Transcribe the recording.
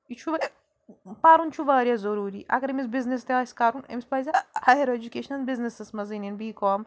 یہِ چھُ پَرُن چھُ واریاہ ضٔروٗری اَگر أمِس بِزنِس تہِ آسہِ کَرُن أمِس پَزِ ہَیَر اٮ۪جُکیشَن بِزنِسَسٕے منٛزٕے نِنۍ بی کام